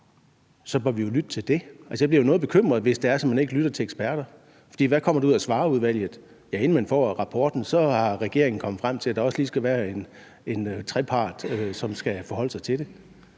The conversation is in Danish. bør vi jo lytte til det. Jeg bliver noget bekymret, hvis det er sådan, at man ikke lytter til eksperter. For hvad kommer der ud af Svarerudvalget? Ja, inden man får rapporten, er regeringen kommet frem til, at der også lige skal være en trepart, som skal forholde sig til det.